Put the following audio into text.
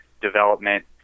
development